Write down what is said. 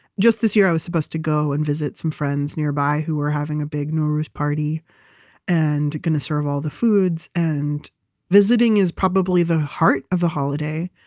just this year i was supposed to go and visit some friends nearby who were having a big nowruz party and going to serve all the foods. and visiting is probably the heart of the holiday.